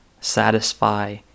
satisfy